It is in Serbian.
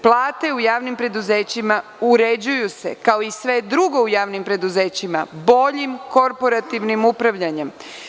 Plate u javnim preduzećima se uređuju kao i sve drugo u javnim preduzećima, boljim korporativnim upravljanjem.